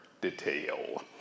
detail